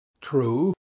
true